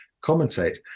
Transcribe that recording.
commentate